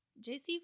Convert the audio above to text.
JC